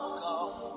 come